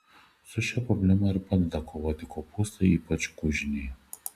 su šia problema ir padeda kovoti kopūstai ypač gūžiniai